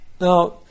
Now